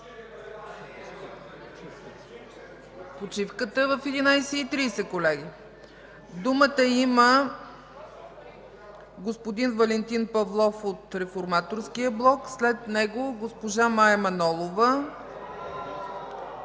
Почивката е в 11,30 ч., колеги. Думата има господин Валентин Павлов от Реформаторския блок, след него госпожа Мая Манолова.